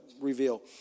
reveal